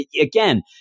again